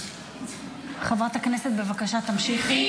חברת הכנסת, בבקשה, תמשיכי.